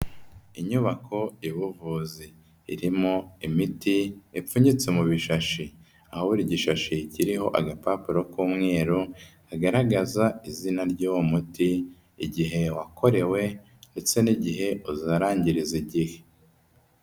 Inyubako y'ubuvuzi, irimo imiti ipfunyitse mu bishashi, aho buri gishashi kiriho agapapuro k'umweru kagaragaza izina ry'uwo muti, igihe wakorewe ndetse n'igihe uzarangiriza igihe.